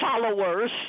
followers